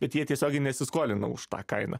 bet jie tiesiogiai nesiskolina už tą kainą